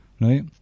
right